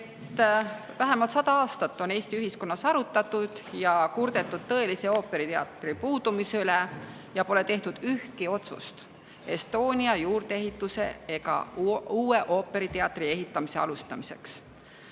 vähemalt 100 aastat on Eesti ühiskonnas arutatud ja kurdetud tõelise ooperiteatri puudumise üle, aga pole tehtud ühtegi otsust Estonia juurdeehituse ega uue ooperiteatri ehitamise alustamiseks.